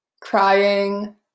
crying